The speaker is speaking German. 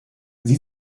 sie